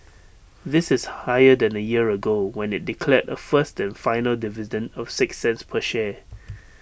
this is higher than A year ago when IT declared A first and final dividend of six cents per share